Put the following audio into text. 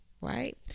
Right